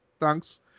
thanks